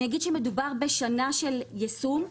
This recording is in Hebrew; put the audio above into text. מדובר בשנה של יישום.